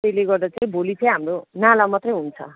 त्यसले गर्दा चाहिँ भोलि चाहिँ हाम्रो नाला मात्रै हुन्छ